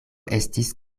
estis